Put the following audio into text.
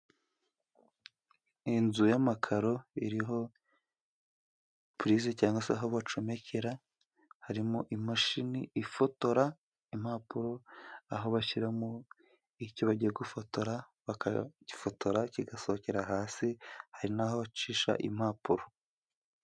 Inzu y'amakaro iriho purize cyangwag se aho bacomekera, harimo imashini ifotora impapuro, aho bashyiramo icyo bagiye gufotora, bakagifotora kigasohokera hasi. Hari n'aho bacisha impapuro.